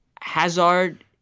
Hazard